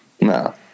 No